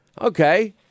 Okay